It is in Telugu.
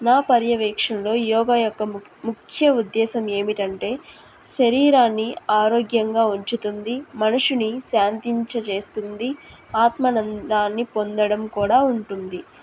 నా పర్యవేక్షణలో యోగా యొక్క ముక్ ముఖ్య ఉద్దేశం ఏమిటంటే శరీరాన్ని ఆరోగ్యంగా ఉంచుతుంది మనుషిని శాంతింప చేస్తుంది ఆత్మానందాన్ని పొందడం కూడా ఉంటుంది